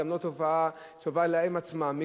גם לא טובה להם עצמם,